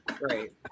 Right